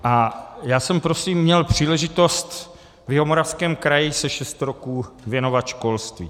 A já jsem prosím měl příležitost v Jihomoravském kraji se šest roků věnovat školství.